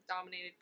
dominated